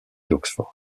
d’oxford